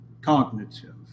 cognitive